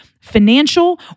financial